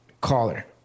Caller